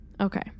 Okay